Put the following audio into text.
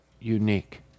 unique